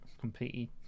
completely